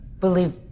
Believe